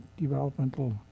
developmental